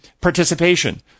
participation